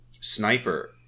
Sniper